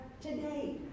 today